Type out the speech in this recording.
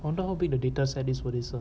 wonder how big the data set is for this ah